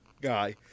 guy